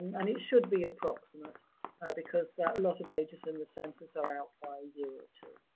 and it should be approximate because a lot of ages in the census are out by a year or two.